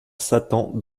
satan